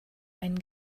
einen